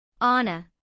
Anna